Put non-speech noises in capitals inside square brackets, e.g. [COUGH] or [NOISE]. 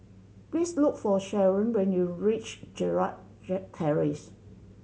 please look for Sheron when you reach Gerald [UNINTELLIGIBLE] Terrace